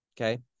Okay